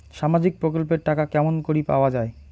সামাজিক প্রকল্পের টাকা কেমন করি পাওয়া যায়?